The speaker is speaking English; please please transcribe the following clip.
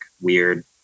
weird